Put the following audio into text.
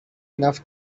enough